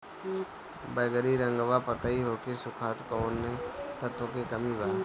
बैगरी रंगवा पतयी होके सुखता कौवने तत्व के कमी बा?